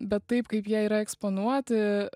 bet taip kaip jie yra eksponuoti